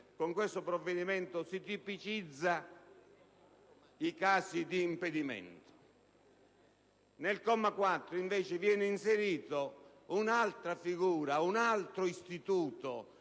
con questo provvedimento, infatti, si tipizzano i casi di impedimento. Nel comma 4, invece, viene inserita un'altra figura, un altro istituto,